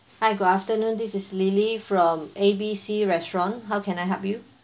hi good afternoon this is lily from A B C restaurant how can I help you